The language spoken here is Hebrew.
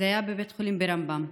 זה היה בבית החולים רמב"ם.